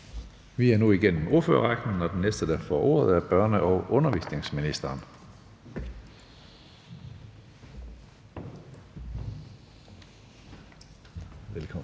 Vi er nu igennem ordførerrækken, og den næste, der får ordet, er børne- og undervisningsministeren. Velkommen.